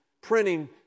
printing